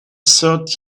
third